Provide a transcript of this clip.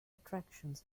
attractions